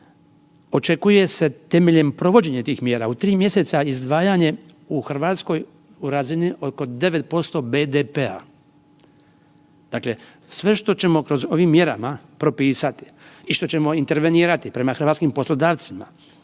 očekuje se temeljem provođenja tih mjera u 3 mjeseca izdvajanje u Hrvatskoj u razini oko 9% BDP-a. Dakle, sve što ćemo kroz ovim mjerama propisati i što ćemo intervenirati prema hrvatskim poslodavcima,